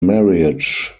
marriage